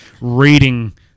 reading